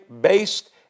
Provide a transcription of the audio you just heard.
based